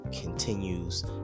continues